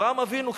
אברהם אבינו,